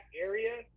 area